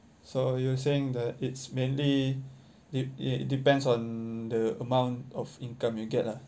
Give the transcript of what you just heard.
so you were saying that it's mainly de~ it depends on the amount of income you get lah